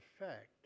effect